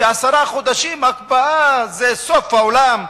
שעשרה חודשים הקפאה זה סוף העולם,